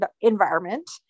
environment